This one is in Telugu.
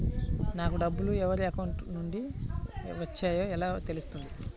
నాకు డబ్బులు ఎవరి అకౌంట్ నుండి వచ్చాయో ఎలా తెలుస్తుంది?